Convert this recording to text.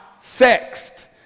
sexed